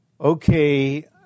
okay